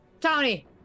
Tony